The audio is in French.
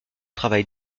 travail